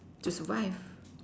to survive